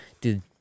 dude